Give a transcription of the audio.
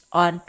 on